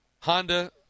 Honda